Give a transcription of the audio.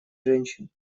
женщин